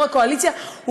יו"ר הקואליציה: